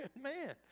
man